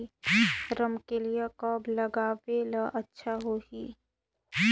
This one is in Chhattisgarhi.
रमकेलिया कब लगाबो ता अच्छा होही?